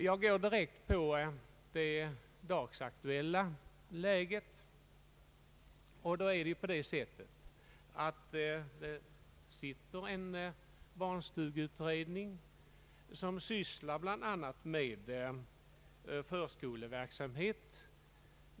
Jag går direkt på det dagsaktuella läget och konstaterar att det pågår en barnstugeutredning som bl.a. sysslar med förskoleverksamheten.